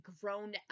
grown